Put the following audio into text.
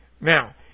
now